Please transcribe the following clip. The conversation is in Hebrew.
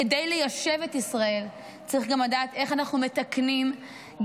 כדי ליישב את ישראל צריך גם לדעת איך אנחנו מתקנים גם